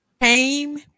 came